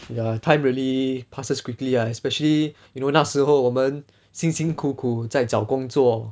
ya time really passes quickly ah especially you know 那时候我们辛辛苦苦在找工作